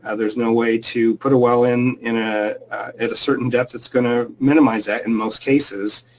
ah there's no way to put a well in in ah at a certain depth that's gonna minimize that in most cases.